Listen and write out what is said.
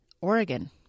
Oregon